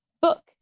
book